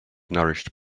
nourished